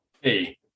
hey